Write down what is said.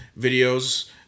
videos